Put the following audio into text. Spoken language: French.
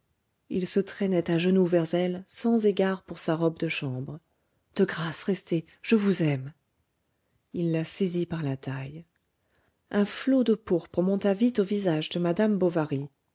il se traînait à genoux vers elle sans égard pour sa robe de chambre de grâce restez je vous aime il la saisit par la taille un flot de pourpre monta vite au visage de madame bovary